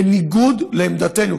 בניגוד לעמדתנו.